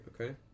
Okay